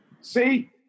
See